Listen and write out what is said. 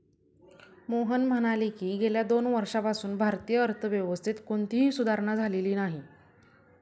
मोहन म्हणाले की, गेल्या दोन वर्षांपासून भारतीय अर्थव्यवस्थेत कोणतीही सुधारणा झालेली नाही